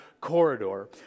corridor